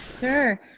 Sure